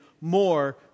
more